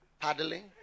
paddling